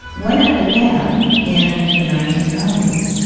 when it began in the nineteen ninety s,